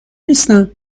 نیستم